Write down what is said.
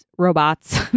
robots